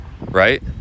Right